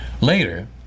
later